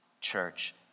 church